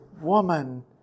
woman